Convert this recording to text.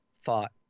fought